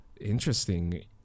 interesting